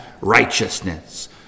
righteousness